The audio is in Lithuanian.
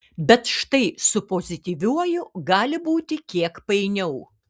bet štai su pozityviuoju gali būti kiek painiau